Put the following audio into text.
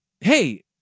Hey